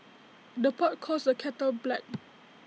the pot calls the kettle black